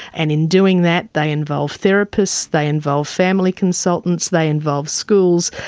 and in doing that they involve therapists, they involve family consultants, they involve schools,